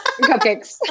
cupcakes